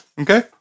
Okay